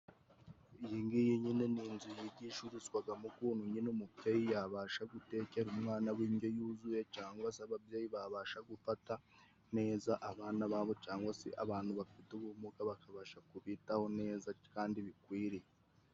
Iyi ngiyi nyine ni inzu yigishirizwagamo ukuntu nyine umubyeyi yabasha gutekera umwana we indyo yuzuye, cyangwa se ababyeyi babasha gufata neza abana babo, cyangwa se abantu bafite ubumuga bakabasha kubitaho neza kandi bikwiriye.